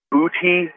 Booty